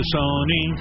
Sony